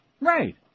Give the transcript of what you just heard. Right